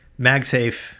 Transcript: magsafe